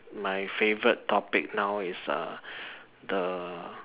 my favorite topic now is err the